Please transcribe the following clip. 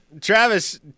Travis